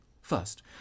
First